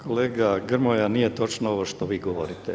Kolega Grmoja nije točno ovo što vi govorite.